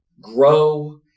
Grow